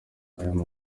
ariya